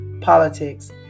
politics